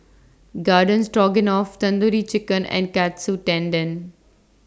Garden Stroganoff Tandoori Chicken and Katsu Tendon